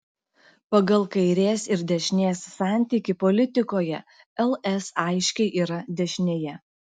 pagal kairės ir dešinės santykį politikoje ls aiškiai yra dešinėje